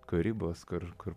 kur ribos kur kur